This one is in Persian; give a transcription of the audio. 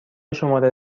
شماره